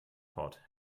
pod